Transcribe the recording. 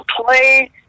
play